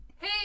Hey